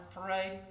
parade